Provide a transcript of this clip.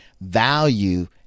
value